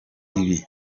ibi